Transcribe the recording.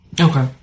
Okay